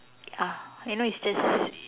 ah you know it's just